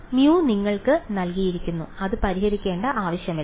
μ നിങ്ങൾക്ക് നൽകിയിരിക്കുന്നു അത് പരിഹരിക്കേണ്ട ആവശ്യമില്ല